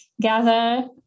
gather